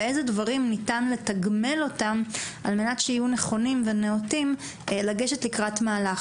ובאיזה דברים ניתן לתגמל אותם כדי שיהיו נכונים ונאותים לגשת לקראת מהלך